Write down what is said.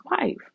wife